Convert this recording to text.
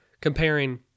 comparing